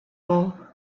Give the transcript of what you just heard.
all